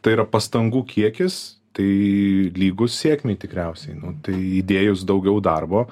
tai yra pastangų kiekis tai lygus sėkmei tikriausiai nu tai įdėjus daugiau darbo